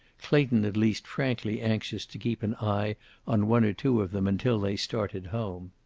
clayton at least frankly anxious to keep an eye on one or two of them until they started home.